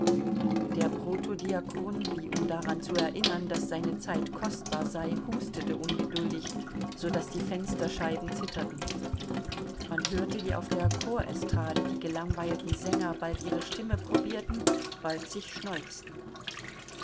der protodiakon wie um daran zu erinnern daß seine zeit kostbar sei hustete ungeduldig so daß die fensterscheiben zitterten man hörte wie auf der chorestrade die gelangweilten sänger bald ihre stimme probierten bald sich schneuzten